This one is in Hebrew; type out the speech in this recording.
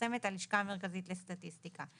שמפרסת הלשכה המרכזית לסטטיסטיקה.